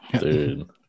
dude